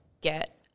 get